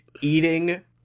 eating